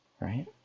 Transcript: right